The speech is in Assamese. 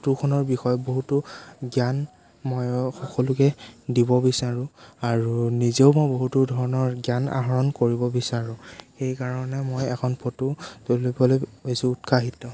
ফটোখনৰ বিষয়ে বহুতো জ্ঞান মই সকলোকে দিব বিচাৰোঁ আৰু নিজেও মই বহুতো ধৰণৰ জ্ঞান আহৰণ কৰিব বিচাৰোঁ সেইকাৰণে মই এখন ফটো তুলিবলৈ বেছি উৎসাহিত